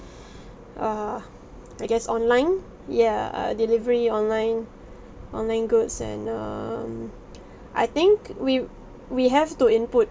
err I guess online ya uh delivery online online goods and um I think we we have to input